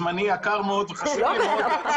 זמני יקר מאוד וחשוב לי מאוד.